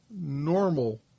normal